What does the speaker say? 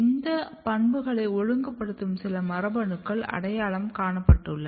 இந்த பண்புகளை ஒழுங்குபடுத்தும் சில மரபணுக்கள் அடையாளம் காணப்பட்டுள்ளன